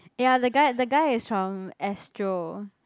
ya the guy the guy is from Astro